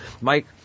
Mike